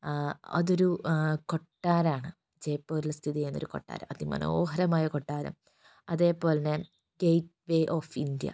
ആ അതൊരു കൊട്ടാരമാണ് ജയ്പ്പൂരിൽ സ്ഥിതി ചെയ്യുന്നൊരു കൊട്ടാരം അതിമനോഹരമായ കൊട്ടാരം അതേപോലെ ഗേറ്റ് വേ ഓഫ് ഇൻഡ്യ